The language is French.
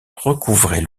recouvrait